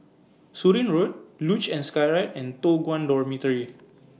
Surin Road Luge and Skyride and Toh Guan Dormitory